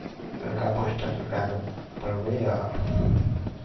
लड़का पाँच टा लड़काके पढ़बैया